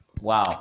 Wow